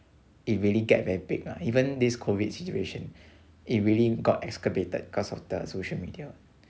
it really get very big ah even this COVID situation it really got exacerbated because of the social media